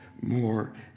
more